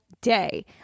day